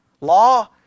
Law